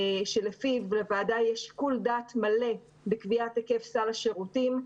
שלפיה לוועדה יש שיקול דעת מלא בקביעת היקף סל השירותים.